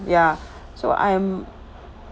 ya so I'm